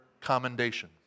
commendation